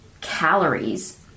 calories